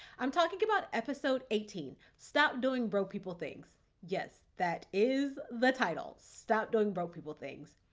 i'm talking about episode eighteen, stop doing broke people things. yes, that is the title stop doing broke people things.